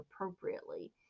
appropriately